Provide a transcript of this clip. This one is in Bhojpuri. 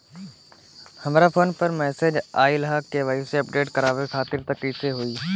हमरा फोन पर मैसेज आइलह के.वाइ.सी अपडेट करवावे खातिर त कइसे होई?